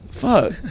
Fuck